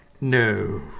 no